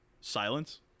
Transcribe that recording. silence